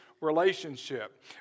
relationship